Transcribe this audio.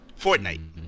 Fortnite